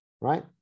right